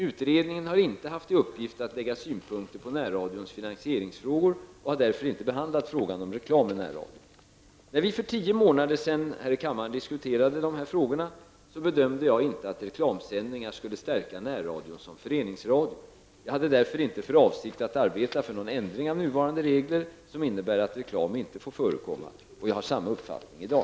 Utredningen har inte haft till uppgift att lägga synpunkter på närradions finansieringsfrågor och har därför inte behandlat frågan om reklam i närradion. När vi här i kammaren för tio månader sedan diskuterade dessa frågor bedömde jag inte att reklamsändningarna skulle stärka närradion som föreningsradio. Jag hade därför inte för avsikt att arbeta för någon ändring av nuvarande regler, som innebär att reklam inte får förekomma. Jag har samma uppfattning i dag.